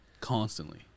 Constantly